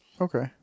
Okay